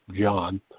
John